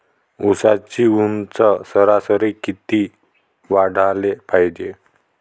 ऊसाची ऊंची सरासरी किती वाढाले पायजे?